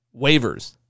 waivers